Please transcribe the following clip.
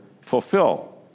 fulfill